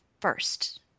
first